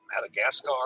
Madagascar